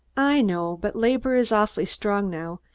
i know, but labor is awfully strong now,